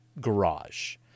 garage